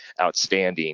outstanding